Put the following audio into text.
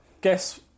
guess